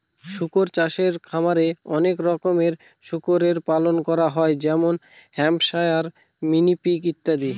শুকর চাষে খামারে অনেক রকমের শুকরের পালন করা হয় যেমন হ্যাম্পশায়ার, মিনি পিগ ইত্যাদি